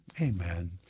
amen